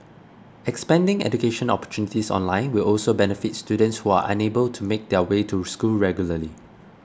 expanding education opportunities online will also benefit students who are unable to make their way to school regularly